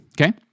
okay